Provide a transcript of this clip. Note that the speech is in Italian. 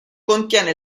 contiene